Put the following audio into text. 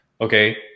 Okay